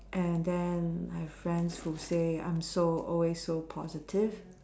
and then I've friends who say I'm so always so positive